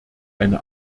eine